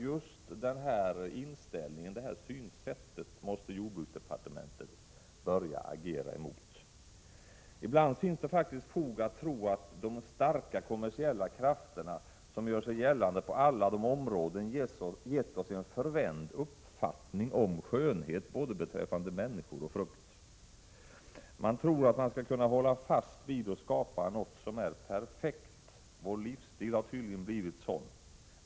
Just denna inställning och detta synsätt måste jordbruksdepartementet börja agera emot. Ibland finns det fog för att tro att de starka kommersiella krafter som gör sig gällande på alla möjliga områden gett oss en förvänd uppfattning om skönhet hos både människor och frukt. Man tror att man skall kunna hålla "fast vid och skapa någonting som är perfekt. Vår livsstil har tydligen blivit sådan.